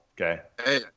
Okay